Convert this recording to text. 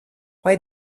why